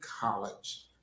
college